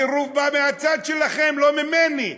הסירוב בא מהצד שלכם, לא ממני.